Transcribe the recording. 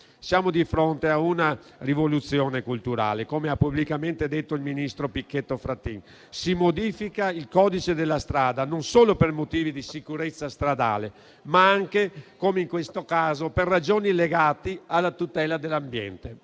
Siamo di fronte a una rivoluzione culturale. Come ha pubblicamente detto il ministro Pichetto Fratin, si modifica il codice della strada non solo per motivi di sicurezza stradale, ma anche - come in questo caso - per ragioni legate alla tutela dell'ambiente.